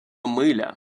миля